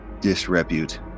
disrepute